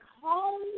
home